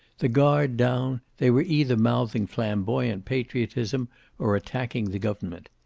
the guard down, they were either mouthing flamboyant patriotism or attacking the government.